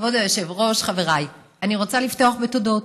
כבוד היושב-ראש, חבריי, אני רוצה לפתוח בתודות.